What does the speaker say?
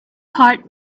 heart